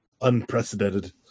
Unprecedented